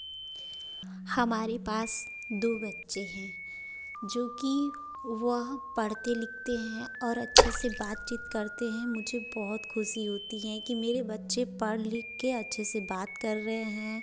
हमारे पास दो बच्चे हैं जो कि वह पढ़ते लिखते हैं और अच्छे से बातचीत करते हैं मुझे बहुत खुशी होती है कि मेरे बच्चे पढ़ लिख कर अच्छे से बात कर रहे हैं